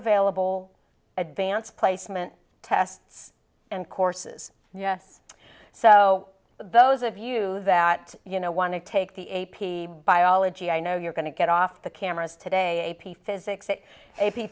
available advanced placement tests and courses yes so those of you that you know want to take the a p biology i know you're going to get off the cameras today